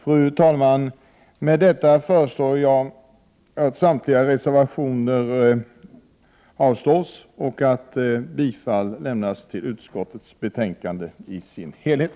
Fru talman! Med detta yrkar jag avslag på samtliga reservationer och bifall till utskottets hemställan i dess helhet.